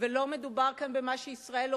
ולא מדובר כאן במה שישראל עושה,